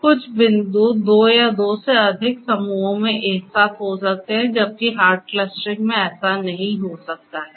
कुछ बिंदु दो या दो से अधिक समूहों में एक साथ हो सकते हैं जबकि हार्ड क्लस्टरिंग में ऐसा नहीं हो सकता है